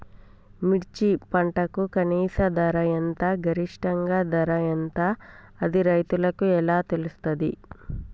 మిర్చి పంటకు కనీస ధర ఎంత గరిష్టంగా ధర ఎంత అది రైతులకు ఎలా తెలుస్తది?